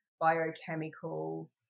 biochemical